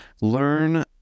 learn